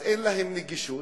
אז אין להם נגישות.